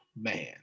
man